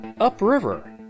upriver